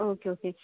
okay okay